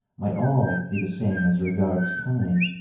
might all be the same as regards kind.